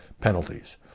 penalties